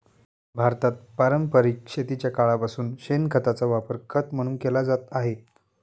भारतात पारंपरिक शेतीच्या काळापासून शेणखताचा वापर खत म्हणून केला जात आहे